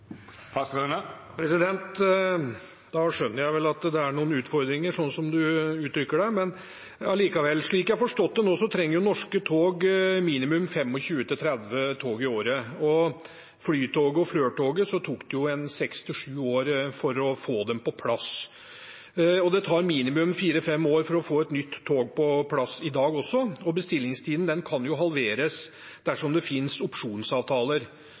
Da skjønner jeg at det er noen utfordringer, sånn som du uttrykker det, men allikevel. Slik jeg har forstått det nå, trenger Norske tog minimum 25–30 tog i året. Flytoget og Flirt-toget tok det en seks–sju år å få på plass, og det tar minimum fire–fem år å få et nytt tog på plass i dag også. Bestillingstiden kan halveres dersom det finnes opsjonsavtaler.